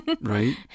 Right